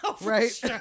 right